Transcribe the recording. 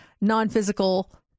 non-physical